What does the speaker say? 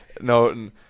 no